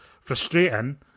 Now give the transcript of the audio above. frustrating